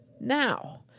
Now